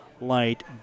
light